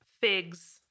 figs